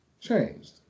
changed